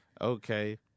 Okay